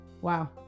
Wow